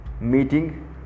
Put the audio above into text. meeting